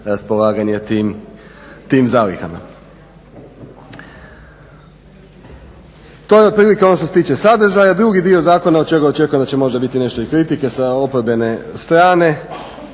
raspolaganje tim zalihama. To je otprilike ono što se tiče sadržaja. Drugi dio zakona od čega očekujem da će možda biti nešto i kritike sa oporbene strane,